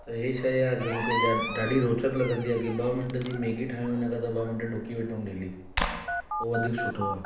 त इहे शइ आहे जेका मूंखे ॾाढी रोचकु लॻंदी आहे मि ॿ मिंट जी मैगी ठाहियूं हिन खां त ॿ मिंट ॾुकी वेठऊं डेली उहो वधीक सुठो आहे